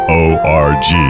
o-r-g